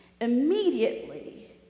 immediately